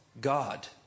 God